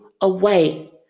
away